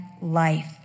life